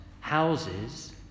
houses